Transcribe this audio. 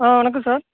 ஆ வணக்கம் சார்